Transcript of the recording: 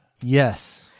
Yes